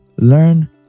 Learn